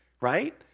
right